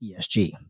ESG